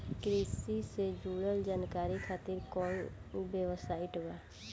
कृषि से जुड़ल जानकारी खातिर कोवन वेबसाइट बा?